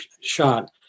shot